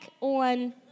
on